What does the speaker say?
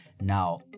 Now